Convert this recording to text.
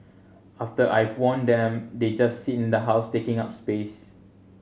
after I've worn them they just sit in the house taking up space